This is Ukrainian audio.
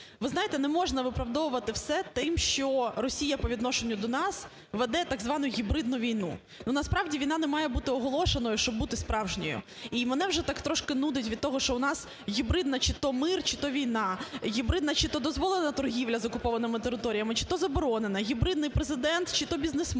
Ви знаєте, не можна виправдовувати все тим, що Росія по відношенню до нас веде так звану гібридну війну. Насправді, війна не має бути оголошеною, щоб бути справжньою. І мене вже так трошки нудить від того, що у нас гібридна чи то мир, чи то війна, гібридна чи то дозволена торгівля з окупованими територіями, чи то заборонена, гібридний Президент чи то бізнесмен.